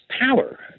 power